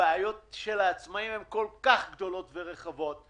הבעיות של העצמאים הן כל כך גדולות ורחבות,